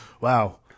Wow